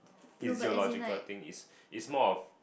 physiological thing is is more of